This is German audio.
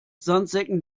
sandsäcken